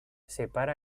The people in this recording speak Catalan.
separa